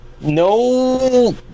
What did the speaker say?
no